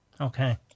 Okay